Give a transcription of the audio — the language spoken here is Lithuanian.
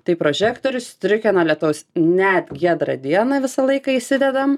tai prožektorius striukė nuo lietaus net giedrą dieną visą laiką įsidedam